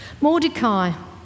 Mordecai